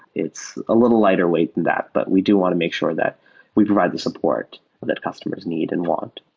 it's a little lighter weight than that, but we do want to make sure that we provide the support that customers need and want.